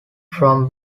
from